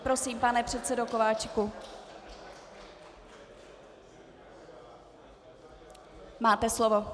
Prosím, pane předsedo Kováčiku, máte slovo.